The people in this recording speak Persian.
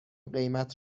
قیمت